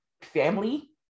family